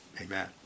amen